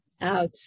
out